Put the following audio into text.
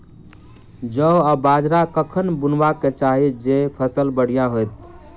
जौ आ बाजरा कखन बुनबाक चाहि जँ फसल बढ़िया होइत?